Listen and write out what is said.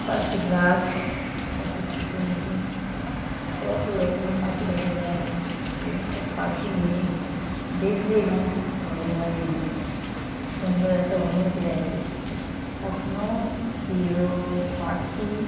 পাখির ডাক পাখির কিচিরমিচির কত রকমের পাখি দেখা যায় যে সব পাখি নিয়ে দেখলেই মানুষের হচ্ছে অনু মানে সুন্দর একটা অনুভূতি হয় যে বাহ এখনও প্রিয় পাখি